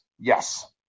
Yes